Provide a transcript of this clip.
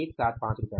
4175